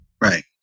right